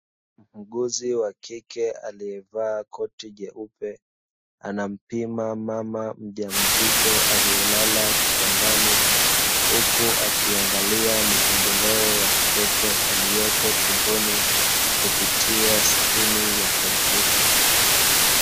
Muuguzi wa kike aliyevaa koti jeupe, Anampima mama mjamzito aliyelala kitandani huku akiangalia maendeleo ya mtoto aliyeko tumboni kupitia skrini ya kompyuta.